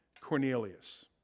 Cornelius